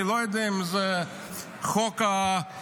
אני לא יודע אם חוק השקיפות,